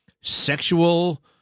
sexual